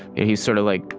and he's sort of like,